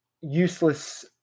useless